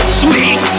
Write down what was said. sweet